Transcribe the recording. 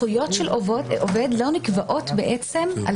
הזכויות של עובד לא נקבעות בעצם על